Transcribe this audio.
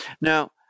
Now